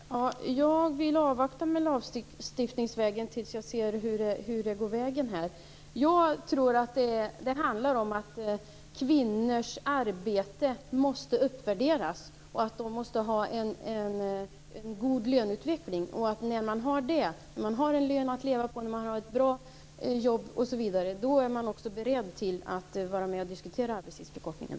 Fru talman! Jag vill avvakta med lagstiftning tills jag ser hur det går. Jag tror att det handlar om att kvinnors arbete måste uppvärderas och att de måste ha en god löneutveckling. När de har en lön att leva på och när de har ett bra jobb osv., då är de också beredda att vara med och diskutera arbetstidsförkortningen.